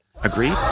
Agreed